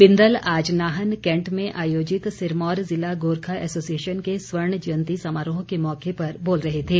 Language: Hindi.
बिंदल आज नाहन केंट में आयोजित सिरमौर जिला गोरखा एसोसिएशन के स्वर्ण जयंती समारोह के मौके पर बोल रहे थे